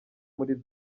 muri